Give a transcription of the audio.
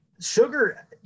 sugar